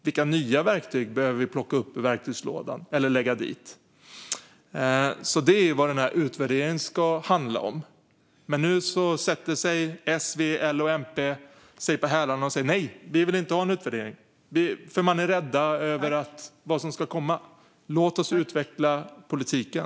Vilka nya verktyg behöver vi plocka upp ur verktygslådan eller lägga dit? Det är vad utvärderingen ska handla om. Men nu sätter sig S, V, L och MP på hälarna och säger: Nej, vi vill inte ha en utvärdering! Man är rädd för vad som ska komma. Låt oss utveckla politiken!